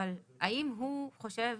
אבל האם הוא חושב